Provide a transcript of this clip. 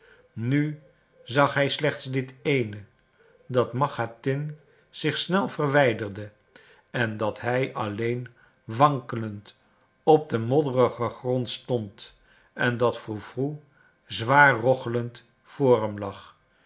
nu zag hij slechts dit eene dat machatin zich snel verwijderde en dat hij alleen wankelend op den modderigen grond stond en dat froe froe zwaar rochelend